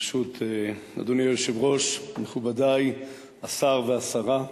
ברשות אדוני היושב-ראש, מכובדי השר והשרה,